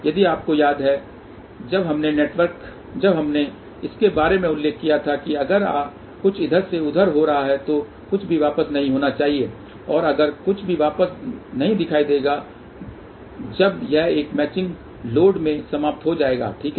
यदि आपको याद है जब हमने इसके बारे में उल्लेख किया था कि अगर कुछ इधर से उधर हो रहा है तो कुछ भी वापस नहीं होना चाहिए और अगर कुछ भी वापस नहीं दिखाई देगा जब यह एक मैचिंग लोड में समाप्त हो जाएगा ठीक है